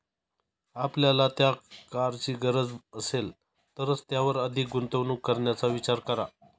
आपल्याला त्या कारची गरज असेल तरच त्यावर अधिक गुंतवणूक करण्याचा विचार करा